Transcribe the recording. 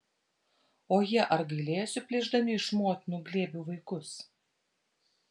o jie ar gailėjosi plėšdami iš motinų glėbių vaikus